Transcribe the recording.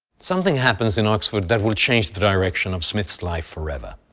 something happens in oxford that will change the direction of smith's life forever.